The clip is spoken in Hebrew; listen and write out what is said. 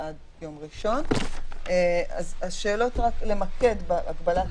בעצם לגבי תו ירוק עכשיו זה רק בריכה במבנה.